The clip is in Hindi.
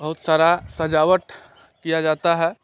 बहुत सारा सजावट किया जाता है